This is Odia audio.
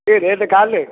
ଏ ରେଟ୍ କାଟେ